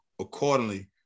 accordingly